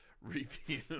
review